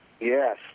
Yes